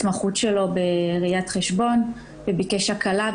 על ההתמחות שלו בראיית חשבון וביקש הקלה,